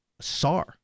SAR